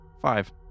Five